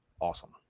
awesome